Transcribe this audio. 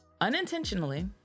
unintentionally